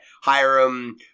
Hiram